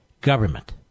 government